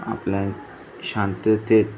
आपल्या शांततेत